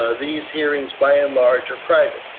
ah these hearings by and large are private.